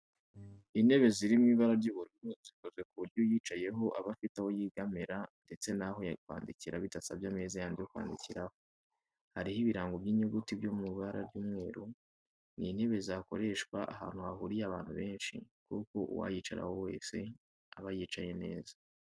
Intebe ziri mu ibara ry'ubururu zikozwe ku buryo uyicayeho aba afite aho yegamira ndetse n'aho kwandikira bidasabye ameza yandi yo kwandikiraho, hariho ibirango by'inyuguti byo mu ibara ry'umweru. Ni intebe zakoreshwa ahantu hahuriye abantu benshi kuko uwayicaraho wese yaba yicaye neza.